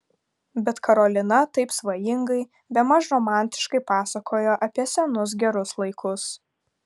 bet karolina taip svajingai bemaž romantiškai pasakojo apie senus gerus laikus